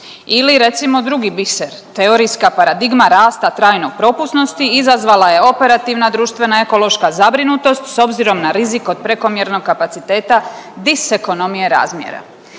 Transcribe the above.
Ili recimo drugi biser, teorijska paradigma rasta trajnog propusnosti izazvala je operativna, društvena, ekološka zabrinutost s obzirom na rizik od prekomjernog kapaciteta disekonomije razmjera.